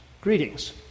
greetings